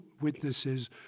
witnesses